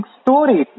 story